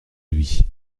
lui